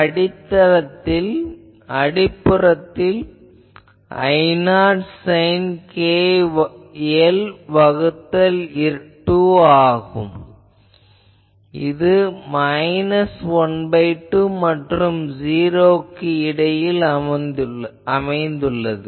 அடிப்புறத்தில் இது I0 sine kl வகுத்தல் 2 ஆகும் இது ½ மற்றும் '0' க்கு இடையே அமைந்துள்ளது